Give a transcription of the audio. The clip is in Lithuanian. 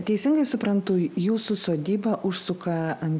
teisingai suprantu į jūsų sodybą užsuka